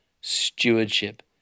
stewardship